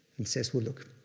and says, well, look,